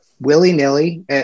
willy-nilly